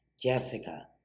Jessica